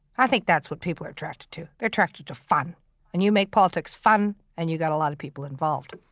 i think that's what people are attracted to. they're attracted to fun and you make politics fun, then and you got a lot of people involved